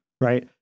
right